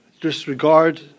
disregard